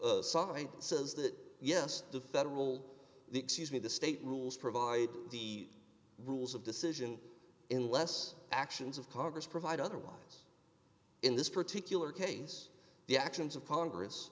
side says that yes the federal excuse me the state rules provide the rules of decision in less actions of congress provide otherwise in this particular case the actions of congress